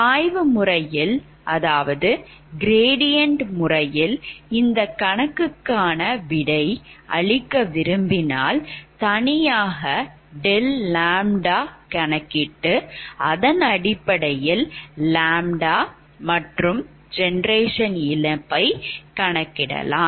சாய்வு முறையில் இந்த கணக்குக்கு விடை அளிக்க விரும்பினால் தனியாக Δ𝜆 கணக்கிட்டு அதன் அடிப்படையில் 𝜆 மற்றும் ஜெனரேஷன் இழப்பை கணக்கிடலாம்